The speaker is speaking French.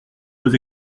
vos